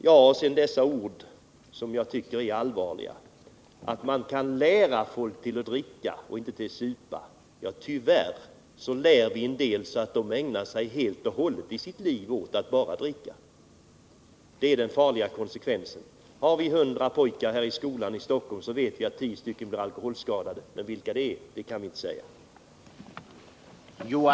Det sades några ord som jag tycker är allvarliga, nämligen att man kan lära folk att dricka och att inte supa. Tyvärr lär vi en del så att de ägnar sitt liv helt och hållet åt att bara dricka. Det är den farliga konsekvensen. Vi vet att av 100 pojkar i en skola i Stockholm blir 10 alkoholskadade. Men vilka det är kan vi inte säga.